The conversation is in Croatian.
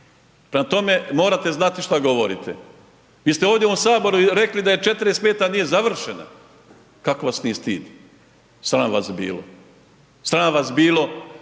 tome morate znati šta govorite. Vi ste ovdje u ovom saboru rekli da '45. nije završena, kako vas nije stid, sram vas bilo. Sram vas bilo